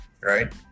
right